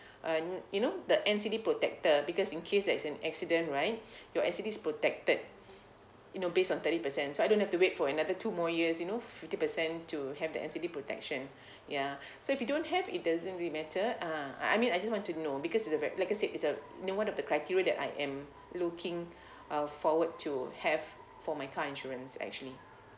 uh you know the N_C_D protector because in case there's an accident right your N_C_D is protected you know based on thirty percent so I don't have to wait for another two more years you know fifty percent to have the N_C_D protection ya so if you don't have it doesn't really matter ah I I mean I just want to know because it's a ve~ like I said it's the you know one of the criteria that I am looking uh forward to have for my car insurance actually